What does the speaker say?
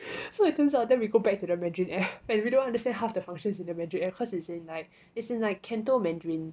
so it turns out then we go back to the mandarin app and we don't understand half the functions in the mandarin app cause it's in like it's in like canto mandarin